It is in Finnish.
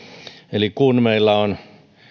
eli kun meillä on